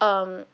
um